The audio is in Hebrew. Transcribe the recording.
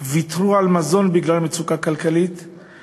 ויתרו על מזון בגלל מצוקה כלכלית,